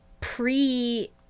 pre